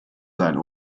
sein